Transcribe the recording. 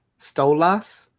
Stolas